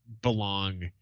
belong